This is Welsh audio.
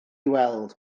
weld